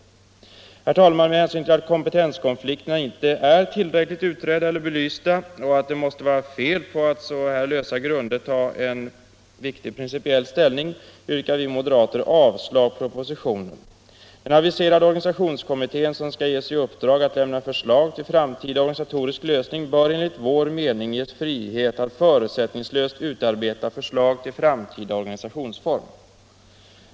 Herr talman! Med hänsyn till att kompetenskonflikterna inte är tillräckligt utredda eller belysta och att det måste vara fel att på så lösa grunder ta principiell ställning yrkar vi moderater avslag på propositionen i denna del. Den aviserade organisationskommittén, som skall ges i uppdrag att lämna förslag till framtida organisatorisk lösning, bör enligt vår mening lämnas frihet att förutsättningslöst utarbeta förslag till framtida organisationsform.